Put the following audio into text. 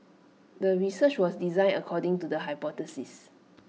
the research was designed according to the hypothesis